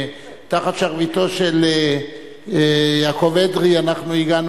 תחת שרביטו של יעקב אדרי אנחנו הגענו